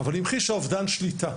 אבל המחישה אובדן שליטה.